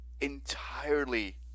entirely